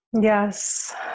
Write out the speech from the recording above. yes